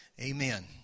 amen